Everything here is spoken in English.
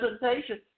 presentation